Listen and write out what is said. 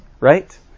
right